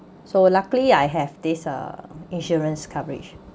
so luckily I have this uh insurance coverage